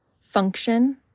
function